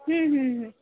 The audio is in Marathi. हं हंं हं